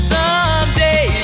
Someday